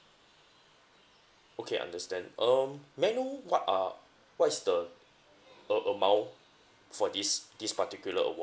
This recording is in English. okay understand um may I know what are what is the a~ amount for this this particular award